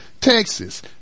Texas